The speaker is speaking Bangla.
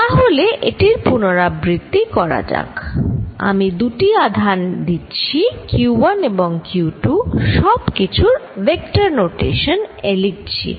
তাহলে এটির পুনরাবৃত্তি করা যাক আমি দুটি আধান দিচ্ছি q1 এবং q2 সবকিছু ভেক্টরর নোটেশন এ লিখছি